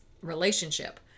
relationship